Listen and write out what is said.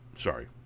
sorry